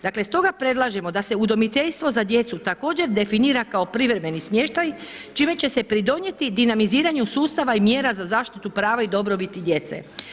Dakle, stoga predlažemo da se udomiteljstvo za djecu također definira kao privremeni smještaj čime će se pridonijeti dinamiziranju sustava i mjera za zaštitu prava i dobrobiti djece.